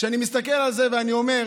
כשאני מסתכל על זה, אני אומר: